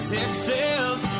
Texas